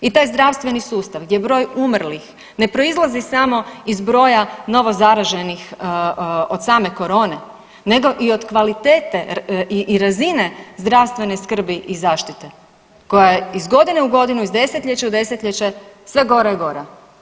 I taj zdravstveni sustav gdje broj umrlih ne proizlazi samo iz broja novozaraženih od same korone, nego i od kvalitete i razine zdravstvene skrbi i zaštite, koja je iz godine u godinu, iz desetljeća u desetljeće, sve gora i gora.